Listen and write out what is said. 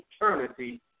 eternity